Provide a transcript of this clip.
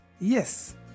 yes